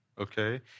okay